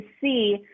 see